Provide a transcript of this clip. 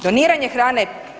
Doniranje hrane